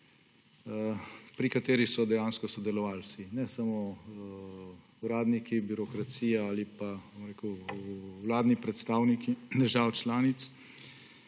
pri kateri so dejansko sodelovali vsi. Ne samo uradniki, birokracija ali pa vladni predstavniki držav članic,